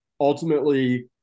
Ultimately